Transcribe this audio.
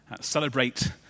celebrate